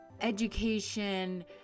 education